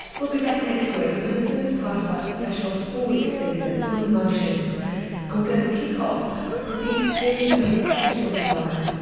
we'll be back next week for the first part of our special four-week season on emotions and we're going to kick off with the experience of sexual desire.